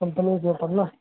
complain تو کرنا